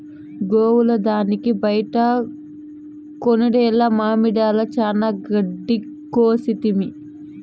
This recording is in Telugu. గోవుల దానికి బైట కొనుడేల మామడిల చానా గెడ్డి కోసితిమి